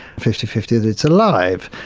fifty fifty that it's alive.